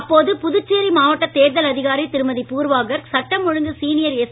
அப்போது புதுச்சேரி மாவட்ட தேர்தல் அதிகாரி திருமதி பூர்வாகர்க் சட்டம் ஒழுங்கு சீனியர் எஸ்